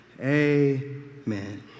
Amen